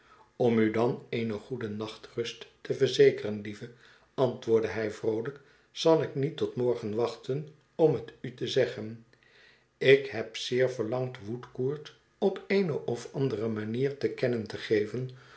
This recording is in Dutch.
om udan eene goede nachtrust te verzekeren lieve antwoordde hij vroolijk zal ik niet tot morgen wachten om het u te zeggen ik heb zeer verlangd woodcourt op eene of andere manier te kennen te geven